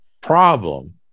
problem